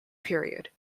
period